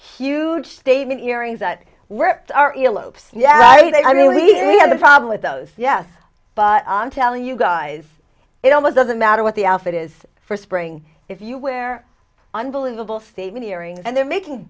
huge statement earrings that were elopes yeah right i really did have a problem with those yes but i'm telling you guys it almost doesn't matter what the outfit is for spring if you wear unbelievable statement earrings and they're making